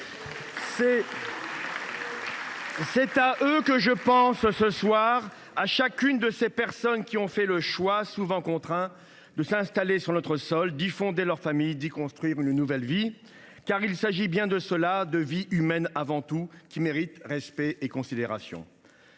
C’est à eux que je pense ce soir, à chacune de ces personnes qui ont fait le choix, souvent contraint, de s’installer sur notre sol, d’y fonder leur famille et d’y construire une nouvelle vie. Car il s’agit bien de cela : de vies humaines, avant tout, qui méritent notre respect et notre considération.